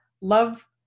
Love